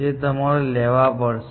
જે તમારે લેવા પડશે